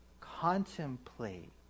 Contemplate